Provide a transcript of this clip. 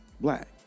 black